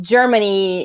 Germany